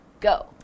go